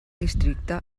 districte